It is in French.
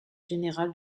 générales